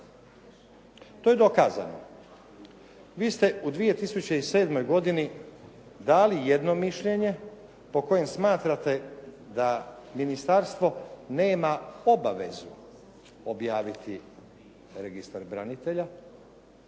To je dokazano. Vi ste u 2007. godini dali jedno mišljenje po kojem smatrate da ministarstvo nema obavezu objaviti registar branitelja,